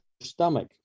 stomach